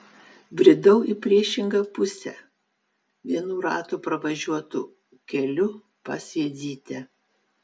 bridau į priešingą pusę vienų ratų pravažiuotu keliu pas jadzytę